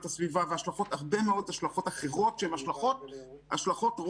הסביבה והרבה מאוד השלכות אחרות שהן השלכות רוחב